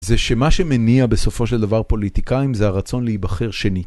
זה שמה שמניע בסופו של דבר פוליטיקאים זה הרצון להיבחר שנית